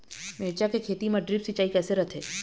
मिरचा के खेती म ड्रिप सिचाई किसे रथे?